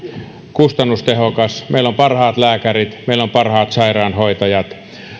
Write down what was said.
kustannustehokas meillä on parhaat lääkärit meillä on parhaat sairaanhoitajat